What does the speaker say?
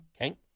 Okay